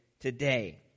today